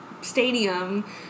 stadium